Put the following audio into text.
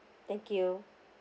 thank you